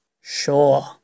Sure